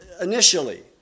initially